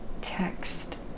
text